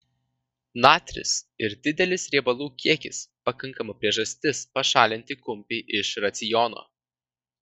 natris ir didelis riebalų kiekis pakankama priežastis pašalinti kumpį iš raciono